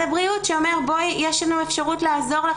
הבריאות שאומר 'יש לנו אפשרות לעזור לך,